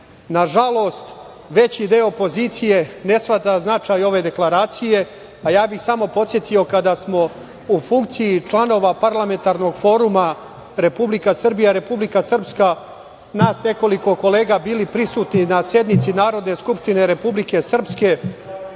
Nažalost, veći deo opozicije ne shvata značaj ove deklaracije, a ja bih samo podsetio, kada smo u funkciji članova Parlamentarnog foruma Republika Srbija – Republika Srpska nas nekoliko kolega bili prisutni na sednici Narodne skupštine Republike Srpske